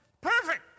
Perfect